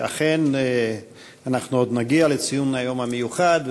אכן, אנחנו עוד נגיע לציון היום המיוחד.